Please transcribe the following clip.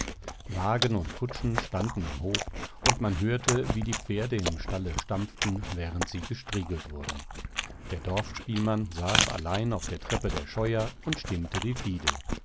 wagen und kutschen standen im hof und man hörte wie die pferde im stalle stampften während sie gestriegelt wurden der dorfspielmann saß allein auf der treppe der scheuer und stimmte die fiedel